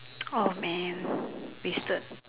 oh man wasted